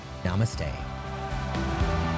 namaste